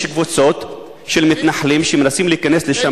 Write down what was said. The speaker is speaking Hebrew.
יש קבוצות של מתנחלים שמנסים להיכנס לשם